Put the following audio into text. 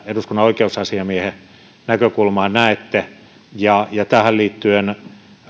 eduskunnan oikeusasiamiehen näkökulman näette ja ja tähän liittyen